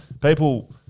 people